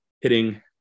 hitting –